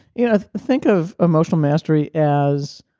you know think of emotional mastery as.